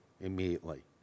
immediately